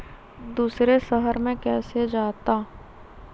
दूसरे शहर मे कैसे जाता?